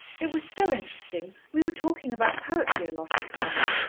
it was so interesting we were talking about poetry a lot of the time.